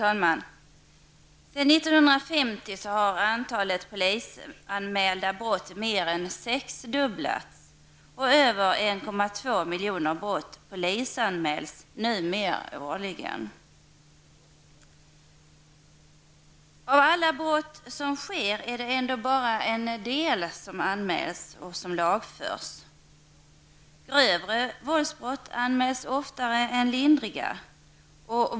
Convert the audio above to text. Herr talman! Sedan 1950 har antalet polisanmälda brott mer än sexdubblats och över 1,2 miljoner brott polisanmäls numera årligen. Av alla brott som sker är det ändå bara en del som anmäls och leder till åtal. Grövre våldsbrott anmäls oftare än lindriga.